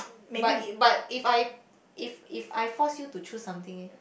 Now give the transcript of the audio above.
but if but if I if if I force you to choose something eh